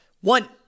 One